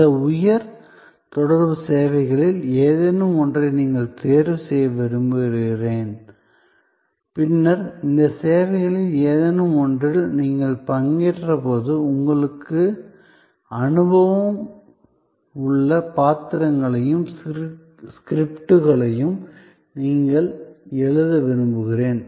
இந்த உயர் தொடர்பு சேவைகளில் ஏதேனும் ஒன்றை நீங்கள் தேர்வு செய்ய விரும்புகிறேன் பின்னர் இந்த சேவைகளில் ஏதேனும் ஒன்றில் நீங்கள் பங்கேற்றபோது உங்களுக்கு அனுபவம் உள்ள பாத்திரங்களையும் ஸ்கிரிப்டுகளையும் நீங்கள் எழுத விரும்புகிறேன்